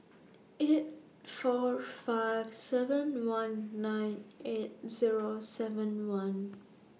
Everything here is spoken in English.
eight four five seven one nine eight Zero seven one